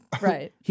right